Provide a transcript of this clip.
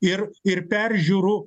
ir ir peržiūrų